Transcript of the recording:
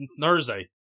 Thursday